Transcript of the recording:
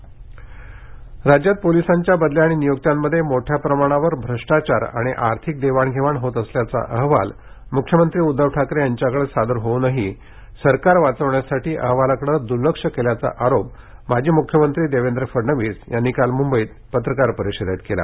police बदली राज्यात पोलिसांच्या बदल्या आणि नियुक्त्यांमध्ये मोठ्या प्रमाणावर भ्रष्टाचार आणि आर्थिक देवाणघेवाण होत असल्याचा अहवाल मुख्यमंत्री उद्धव ठाकरे यांच्याकडे सादर होऊनही सरकार वाचवण्यासाठी अहवालाकडे दुर्लक्ष केल्याचा आरोप माजी मुख्यमंत्री देवेंद्र फडणवीस यांनी काल मुंबईत पत्रकार परिषदेत केला